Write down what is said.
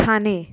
Thane